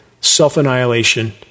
self-annihilation